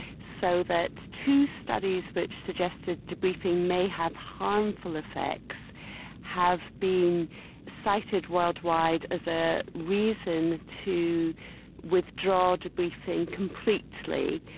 so that two studies which suggested debriefing may have harmful effects have been cited worldwide as a reason to withdraw debriefing completely,